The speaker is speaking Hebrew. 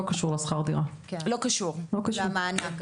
לא קשור לשכר הדירה או למענק,